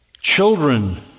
children